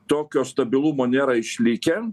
tokio stabilumo nėra išlikę